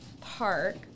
Park